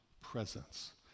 presence